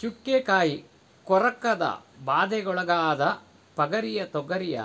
ಚುಕ್ಕೆ ಕಾಯಿ ಕೊರಕದ ಬಾಧೆಗೊಳಗಾದ ಪಗರಿಯ ತೊಗರಿಯ